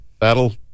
that'll